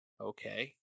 okay